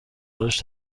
براش